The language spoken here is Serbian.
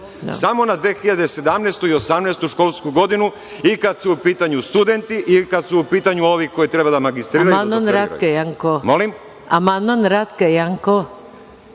Samo na 2017/18. školsku godinu. Kada su u pitanju studenti, kada su u pitanju ovi koji treba magistriraju.